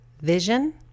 vision